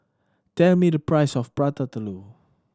tell me the price of Prata Telur